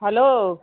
hello